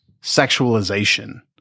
sexualization